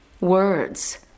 Words